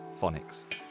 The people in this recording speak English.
phonics